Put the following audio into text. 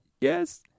Yes